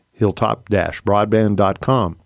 hilltop-broadband.com